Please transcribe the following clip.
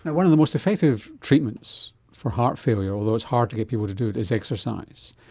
one of the most effective treatments for heart failure, although it's hard to get people to do it, is exercise.